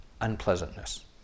unpleasantness